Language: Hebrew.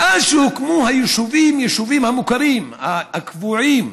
מאז שהוקמו היישובים, היישובים המוכרים, הקבועים,